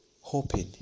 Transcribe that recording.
hoping